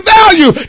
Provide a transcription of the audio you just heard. value